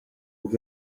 vous